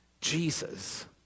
Jesus